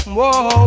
Whoa